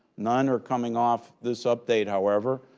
none are coming off this update however.